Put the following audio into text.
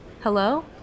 Hello